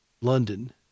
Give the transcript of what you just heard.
London